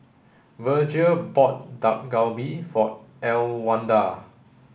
Virgia bought Dak Galbi for Elwanda